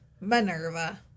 Minerva